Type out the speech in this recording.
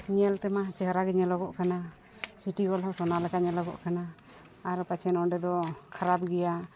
ᱧᱮᱞ ᱛᱮᱢᱟ ᱪᱮᱦᱨᱟᱜᱮ ᱧᱮᱞᱚᱜᱚᱜ ᱠᱟᱱᱟ ᱥᱤᱴᱤ ᱜᱳᱞᱰ ᱦᱚᱸ ᱥᱳᱱᱟ ᱞᱮᱠᱟ ᱧᱮᱞᱚᱜ ᱠᱟᱱᱟ ᱟᱨ ᱯᱟᱪᱮᱫ ᱱᱚᱸᱰᱮ ᱫᱚ ᱠᱷᱟᱨᱟᱯ ᱜᱮᱭᱟ